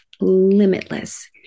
limitless